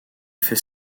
fait